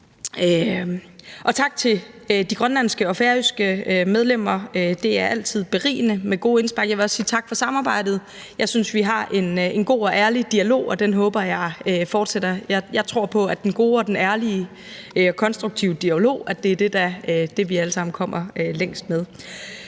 Tak til de grønlandske og færøske medlemmer. Det er altid berigende med gode indspark. Jeg vil også sige tak for samarbejdet. Jeg synes, vi har en god og ærlig dialog, og den håber jeg fortsætter. Jeg tror på, at den gode og den ærlige og konstruktive dialog er det, vi alle sammen kommer længst med.